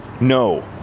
no